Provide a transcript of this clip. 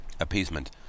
appeasement